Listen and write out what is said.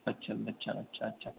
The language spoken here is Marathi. अच्छा अच्छा अच्छा अच्छा